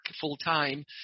full-time